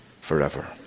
forever